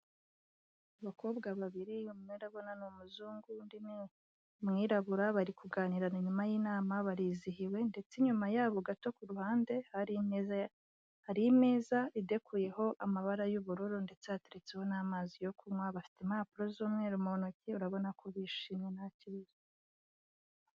Abakobwa babirime umwe ndabona ni umuzungu undi ni umwirabura, bari kuganira inyuma y'inama barizihiwe ndetse inyuma yabo gato ku ruhande hari imeza idekoyeho amabara y'ubururu ndetse hateretseho n'amazi yo kunywa bafite impapuro z'umweru mu ntoki urabona ko bishimye ntakibazo.